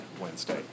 Wednesday